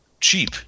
cheap